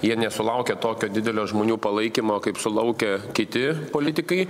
jie nesulaukia tokio didelio žmonių palaikymo kaip sulaukia kiti politikai